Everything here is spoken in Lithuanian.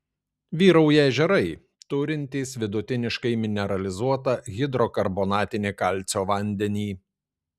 vyrauja ežerai turintys vidutiniškai mineralizuotą hidrokarbonatinį kalcio vandenį